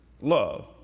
love